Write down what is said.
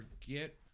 forget